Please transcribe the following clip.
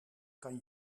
kan